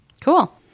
Cool